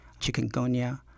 chikungunya